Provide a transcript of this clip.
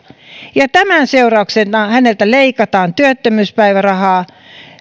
ja tämän seurauksena häneltä leikataan työttömyyspäivärahaa